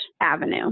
avenue